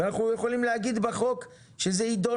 אנחנו יכולים להגיד בחוק שזה יידון